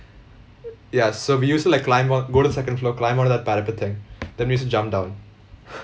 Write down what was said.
ya so we used to like climb on go to the second floor climb onto that parapet thing then we used to jump down